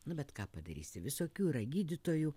nu bet ką padarysi visokių yra gydytojų